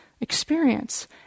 experience